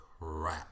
crap